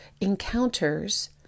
encounters